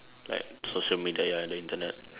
like social media ya on the Internet